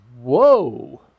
whoa